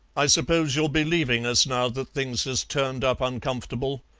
i suppose you'll be leaving us, now that things has turned up uncomfortable,